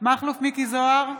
מכלוף מיקי זוהר,